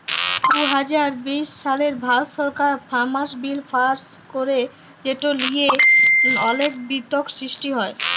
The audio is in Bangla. দু হাজার বিশ সালে ভারত সরকার ফার্মার্স বিল পাস্ ক্যরে যেট লিয়ে অলেক বিতর্ক সৃষ্টি হ্যয়